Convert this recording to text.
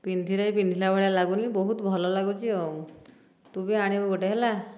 ପିନ୍ଧିଲେ ବି ପିନ୍ଧିଲା ଭଳିଆ ଲାଗୁନି ବହୁତ ଭଲ ଲାଗୁଛି ଆଉ ତୁ ବି ଆଣିବୁ ଗୋଟିଏ ହେଲା